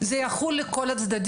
שזה יחול על כל הצדדים.